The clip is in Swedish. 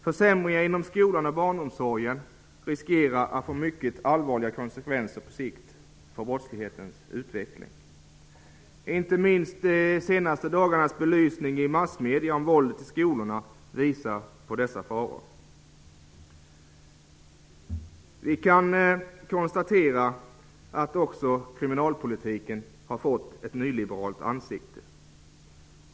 Försämringar inom skolan och barnomsorgen riskerar att på sikt medföra mycket allvarliga konsekvenser för brottslighetens utveckling. Inte minst de senaste dagarnas belysning av våldet i skolorna i massmedierna visar på dessa faror. Vi kan konstatera att också kriminalpolitiken har fått ett nyliberalt ansikte.